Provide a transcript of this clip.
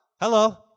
hello